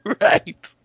Right